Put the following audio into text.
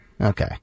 Okay